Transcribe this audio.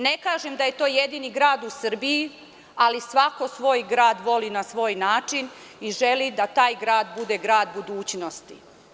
Ne kažem da je to jedini grad u Srbiji, ali svako svoj grad voli na svoj način i želi da taj grad bude grad budućnosti.